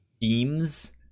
themes